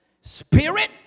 Spirit